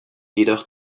jedoch